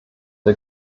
der